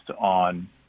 on